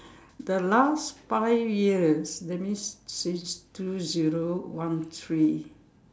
the last five years that means since two zero one three